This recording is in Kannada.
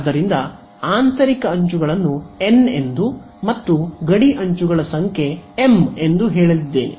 ಆದ್ದರಿಂದ ಆಂತರಿಕ ಅಂಚುಗಳನ್ನು ಎನ್ ಎಂದು ಮತ್ತು ಗಡಿ ಅಂಚುಗಳ ಸಂಖ್ಯೆ ಎಂ ಎಂದು ಹೇಳಲಿದ್ದೇನೆ